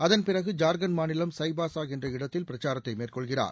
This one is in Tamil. அதன் பிறகு ஜார்க்கண்ட் மாநிலம் சுய்பாசா என்ற இடத்தில் பிரச்சாரத்தை மேற்கொள்கிறார்